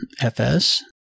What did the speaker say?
FS